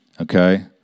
Okay